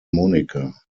monica